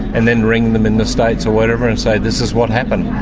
and then ring them in the states or whatever and say this is what happened.